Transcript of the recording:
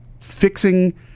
fixing